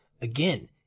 again